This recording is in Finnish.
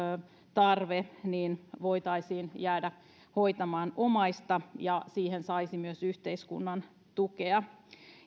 tarve niin voitaisiin jäädä hoitamaan omaista ja siihen saisi myös yhteiskunnan tukea